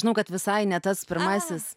žinau kad visai ne tas pirmasis